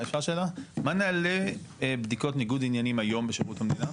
מה הנהלים היום של בדיקות ניגוד עניינים היום בשירות המדינה,